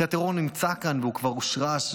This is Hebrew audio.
כי הטרור נמצא כאן והוא כבר הושרש,